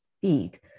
speak